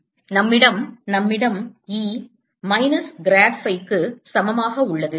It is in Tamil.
நம்மிடம் E மைனஸ் grad phi க்கு சமமாக உள்ளது